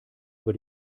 über